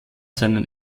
seinen